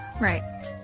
Right